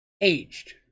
aged